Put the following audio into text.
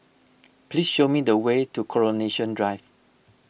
please show me the way to Coronation Drive